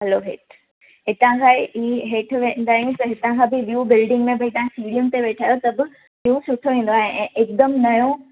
हलो हेठि हितांखां ई हेठि वेंदा आहियूं त हितां खां बि वियूं बिल्डिग में तव्हां भई सीड़ियुनि ते वेठा आहियो त बि वियूं सुठो ईंदो आहे ऐं एकदमि नयों